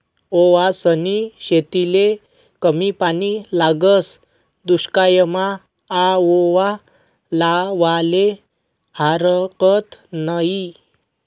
ओवासनी शेतीले कमी पानी लागस, दुश्कायमा आओवा लावाले हारकत नयी